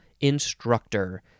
instructor